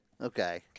Okay